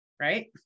Right